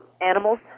animals